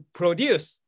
produce